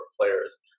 players